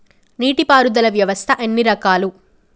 నీటి పారుదల వ్యవస్థ ఎన్ని రకాలు?